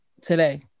today